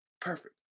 Perfect